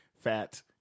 Fat